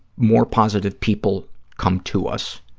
more positive people come to us.